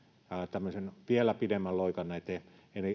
tämmöisen vielä pidemmän loikan näitten